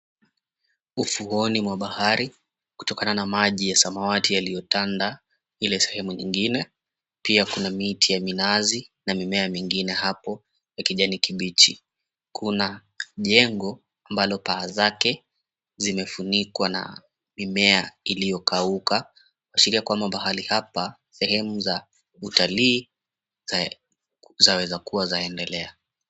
Ufuoni mwa bahari kutokana na maji ya samawati yaliyotanda ile sehemu nyingine pia kuna miti ya minazi na mimea mingine hapo ya kijani kibichi. Kuna jengo ambalo paa zake zimefunikwa na mimea iliyokauka kuashiria kwamba pahali hapa sehemu za utalii zaweza kua zaendelea.